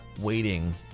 waiting